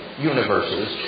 universes